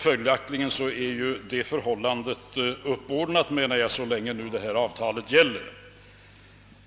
Följaktligen är förhållandena ordnade, så länge detta avtal gäller.